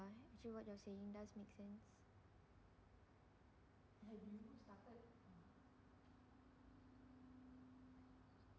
actually what you are saying does make sense